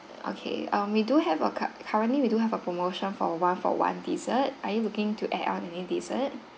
okay um we do have a cu~ currently we do have a promotion for one for one dessert are you looking to add on any dessert